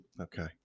Okay